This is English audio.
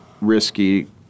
risky